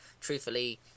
truthfully